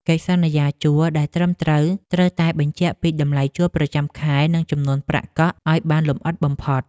កិច្ចសន្យាជួលដែលត្រឹមត្រូវ ត្រូវតែបញ្ជាក់ពីតម្លៃជួលប្រចាំខែនិងចំនួនប្រាក់កក់ឱ្យបានលម្អិតបំផុត។